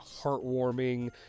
heartwarming